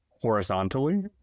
horizontally